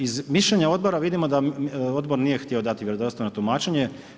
Iz mišljenja Odbora vidimo da Odbor nije htio dati vjerodostojno tumačenje.